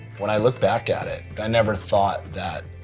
when i look back at it, but i never thought that